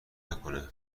نکنه